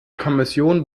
kommission